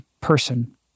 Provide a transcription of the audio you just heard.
person